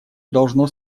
должно